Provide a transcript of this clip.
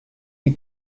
you